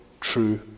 true